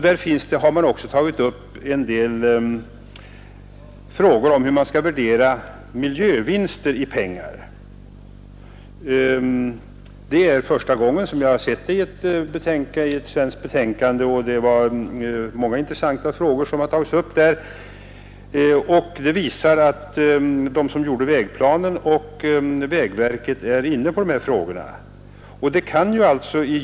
Där har också tagits upp en del frågor om hur miljövinster kan värderas i pengar. Det är första gången jag har sett detta nämnas i ett svenskt betänkande, och många intressanta frågor har tagits upp där. Det visar att de som utarbetade vägplanen och vägverkets företrädare är inne på dessa frågor.